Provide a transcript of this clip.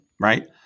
right